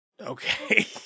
Okay